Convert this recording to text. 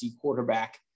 quarterback